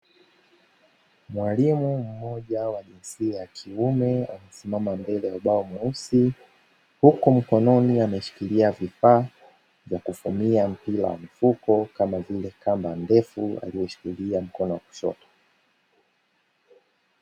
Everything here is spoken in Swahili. Mwalimu mmoja wa jinsia ya kiume, amesimama mbele ya ubao mweusi, huku mkononi ameshikilia vifaa vya kufumia mpira wa mfuko kama vile kamba ndefu aliyoshikilia mkono wa kushoto.